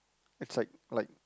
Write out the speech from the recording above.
it's like like